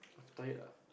of tired ah